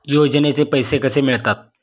योजनेचे पैसे कसे मिळतात?